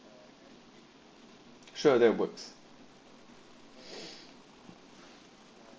sure that works